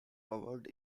covered